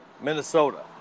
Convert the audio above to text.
Minnesota